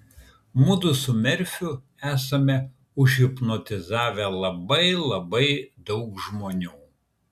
mudu su merfiu esame užhipnotizavę labai labai daug žmonių